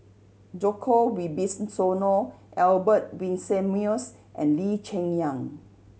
Djoko Wibisono Albert Winsemius and Lee Cheng Yan